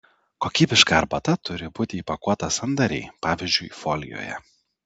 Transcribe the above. kokybiška arbata turi būti įpakuota sandariai pavyzdžiui folijoje